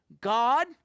God